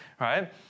right